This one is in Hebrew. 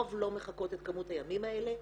הרוב לא מחכות את כמות הימים האלה.